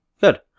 Good